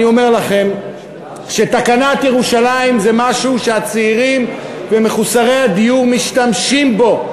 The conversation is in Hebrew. אני אומר לכם שתקנת ירושלים זה משהו שהצעירים ומחוסרי הדיור משתמשים בו,